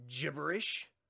gibberish